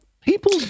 People